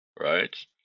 right